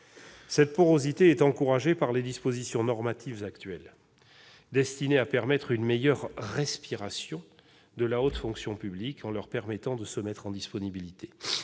Cette porosité est encouragée par les dispositions normatives actuelles, destinées à permettre une meilleure « respiration » de la haute fonction publique, dont les membres peuvent se mettre en disponibilité.